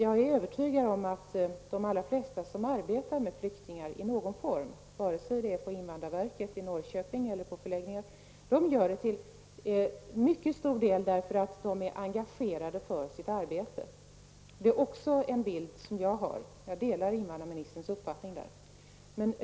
Jag är övertygad om att de allra flesta som arbetar med flyktingar i någon form, vare sig på invandrarverket i Norrköping eller på förläggningar, gör det till stor del därför att de är engagerade i sitt arbete. Det är en bild som jag har, och jag delar invandrarministerns uppfattning i detta fall.